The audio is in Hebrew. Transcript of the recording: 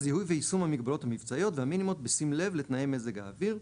זיהוי ויישום המגבלות המבצעיות והמינימות בשים לב לתנאי מזג האוויר,